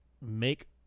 make